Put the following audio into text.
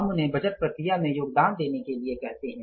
हम उन्हें बजट प्रक्रिया में योगदान देने के लिए कहते हैं